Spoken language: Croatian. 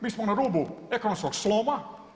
Mi smo na rubu ekonomskog sloma.